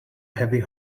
heavy